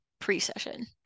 pre-session